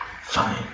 Fine